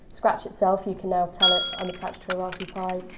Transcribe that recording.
scratch itself, you can now tell it, i'm attached to a raspberry pi,